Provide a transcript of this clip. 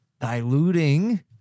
diluting